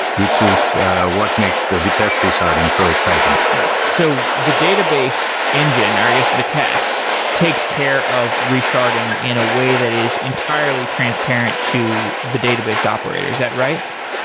which is what makes the vitess resharding so exciting so the database engine, or i guess vitess takes care of resharding in a way that is entirely transparent to the database operator, is that right?